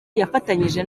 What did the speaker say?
yafatanyije